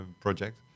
project